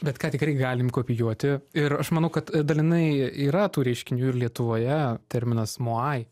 bet ką tikrai galim kopijuoti ir aš manau kad dalinai yra tų reiškinių ir lietuvoje terminas muai